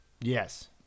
Yes